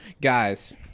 Guys